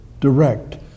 direct